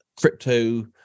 crypto